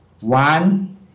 one